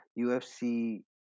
UFC